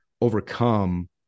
overcome